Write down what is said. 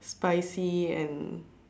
spicy and